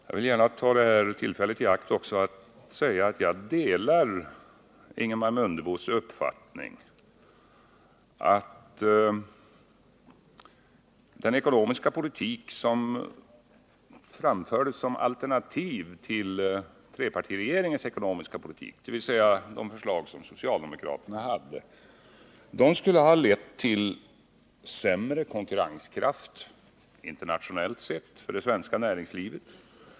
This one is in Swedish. Jag vill gärna ta detta tillfälle i akt för att säga att jag delar Ingemar Mundebos uppfattning att den ekonomiska politik som framfördes som alternativ till trepartiregeringens ekonomiska politik, dvs. de förslag som socialdemokraterna hade, skulle ha lett till sämre konkurrenskraft interna tionellt sett för det svenska näringslivet.